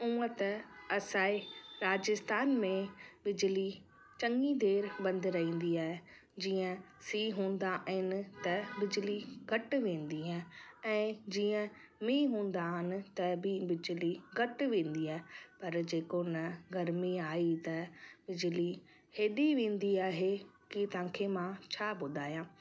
हुंअ त असांजे राजस्थान में बिजली चङी देरि बंदि रहंदी आहे जीअं सीउ हूंदा आहिनि त बिजली घटि वेंदी आहे ऐं जीअं मींहुं हूंदा आहिनि त बि बिजली घटि वेंदी आहे पर जेको न गर्मी आई त बिजली हेॾी वेंदी आहे की तव्हां खे मां छा ॿुधायां